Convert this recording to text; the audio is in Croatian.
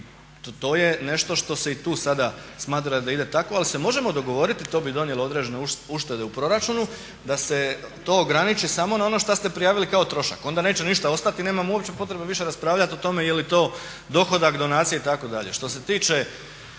to je nešto što se i tu sada smatra da ide tako, ali se možemo dogovoriti i to bi donijelo određene uštede u proračunu, da se to ograniči samo na ono što ste prijavili kao trošak. Onda neće ništa ostati i nemamo uopće potrebe više raspravljat o tome je li to dohodak, donacija itd. Što se tiče